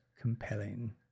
compelling